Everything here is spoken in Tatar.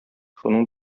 шуның